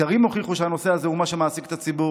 סקרים הוכיחו שהנושא הזה הוא מה שמעסיק את הציבור,